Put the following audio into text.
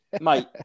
Mate